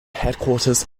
headquarters